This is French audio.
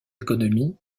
économies